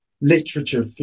literature